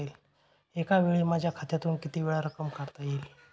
एकावेळी माझ्या खात्यातून कितीवेळा रक्कम काढता येईल?